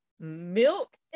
Milk